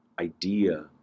idea